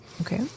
Okay